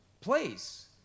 place